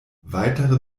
weitere